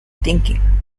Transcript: thinking